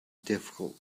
difficult